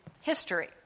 history